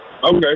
Okay